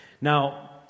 Now